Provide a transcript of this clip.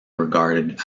regarded